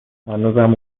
هنوزم